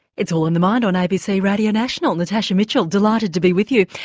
it's all in the mind on abc radio national, natasha mitchell delighted to be with you.